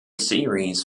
series